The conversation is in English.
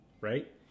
right